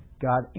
God